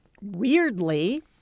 weirdly